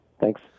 thanks